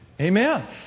Amen